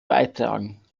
beitragen